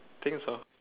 think so